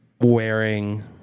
wearing